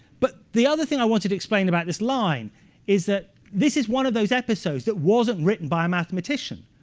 but the other thing i wanted to explain about this line is that this is one of those episodes that wasn't written by a mathematician.